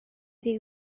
ddi